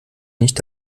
nicht